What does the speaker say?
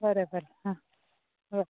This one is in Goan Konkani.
बरें बरें आं बरें